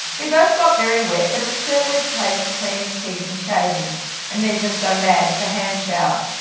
we both got very wet but it was certainly the place to clean his teeth and shave him and then just go mad with the hand shower.